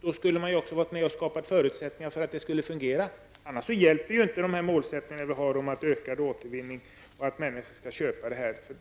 borde man också ha skapat förutsättningar för att återvinningen skulle fungera. Utan dessa förutsättningar hjälper ju inte våra målsättningar om ökad återvinning och om att människor skall acceptera förslaget.